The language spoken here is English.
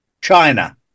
China